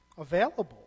available